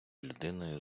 людиною